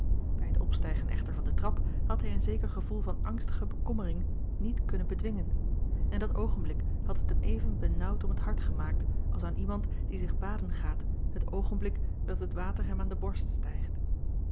bij het opstijgen echter van de trap had hij een zeker gevoel van angstige bekommering niet kunnen bedwingen en dat oogenblik had het hem even benaauwd om t hart gemaakt als aan iemand die zich baden gaat het oogenblik dat het water hem aan de borst stijgt